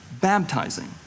baptizing